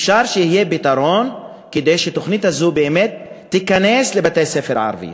אפשר שיהיה פתרון כדי שהתוכנית הזאת באמת תיכנס לבתי-ספר ערביים.